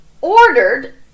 ordered